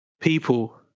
people